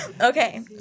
okay